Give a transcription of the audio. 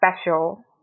special